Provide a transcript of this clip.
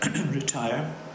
retire